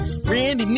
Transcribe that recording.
Randy